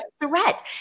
threat